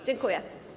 Dziękuję.